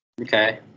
Okay